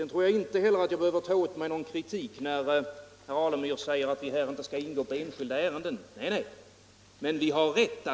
Jag tror inte heller att jag behöver ta åt mig någon kritik när herr Alemyr här säger att vi inte skall ingå på enskilda ärenden. Nej, det skall vi inte göra.